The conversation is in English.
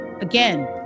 again